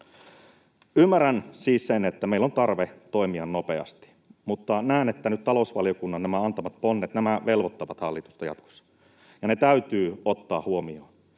Ymmärrän siis sen, että meillä on tarve toimia nopeasti, mutta näen, että nyt nämä talousvaliokunnan antamat ponnet velvoittavat hallitusta jatkossa ja ne täytyy ottaa huomioon.